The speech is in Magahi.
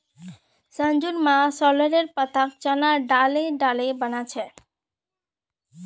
संजूर मां सॉरेलेर पत्ताक चना दाले डाले बना छेक